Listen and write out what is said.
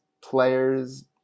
players